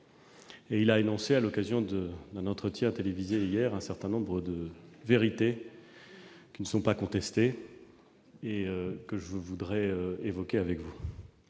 Et il a énoncé, hier, à l'occasion d'un entretien télévisé, un certain nombre de vérités qui ne sont pas contestées et que je voudrais évoquer devant vous.